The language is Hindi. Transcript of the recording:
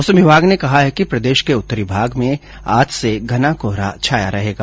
मौसम विभाग ने कहा है कि प्रदेश के उत्तरी भाग में आज से घना कोहरा छाया रहेगा